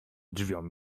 drzwiom